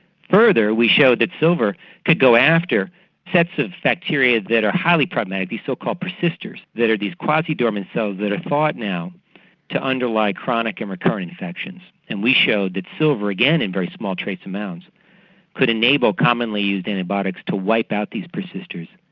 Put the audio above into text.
further, we showed that silver could go after sets of bacteria that are highly problematic, these so-called persisters that are these quasi-dormant cells so that are thought now to underlie chronic and recurring infections. and we showed that silver again in very small trace amounts could enable commonly used antibiotics to wipe out these persisters,